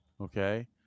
Okay